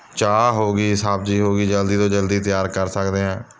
ਚਾਹ ਹੋ ਗਈ ਸਬਜ਼ੀ ਹੋ ਗਈ ਜਲਦੀ ਤੋਂ ਜਲਦੀ ਤਿਆਰ ਕਰ ਸਕਦੇ ਹੈ